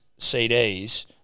CDs